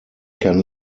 can